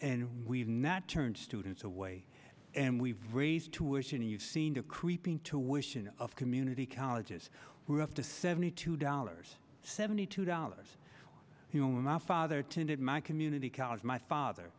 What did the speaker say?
and we've not turned students away and we've raised tours and you've seen the creeping to wishes of community colleges were up to seventy two dollars seventy two dollars you know when my father tended my community college my father